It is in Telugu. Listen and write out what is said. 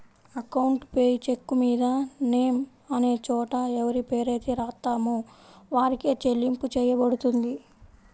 అకౌంట్ పేయీ చెక్కుమీద నేమ్ అనే చోట ఎవరిపేరైతే రాత్తామో వారికే చెల్లింపు చెయ్యబడుతుంది